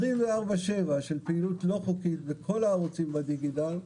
24/7 של פעילות לא חוקית בכל הערוצים בדיגיטל,